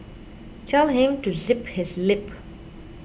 tell him to zip his lip